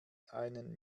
einen